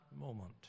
moment